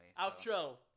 Outro